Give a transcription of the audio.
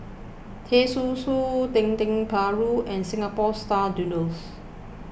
Teh Susu Dendeng Paru and Singapore Style Noodles